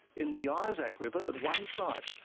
in the isaac river at one site,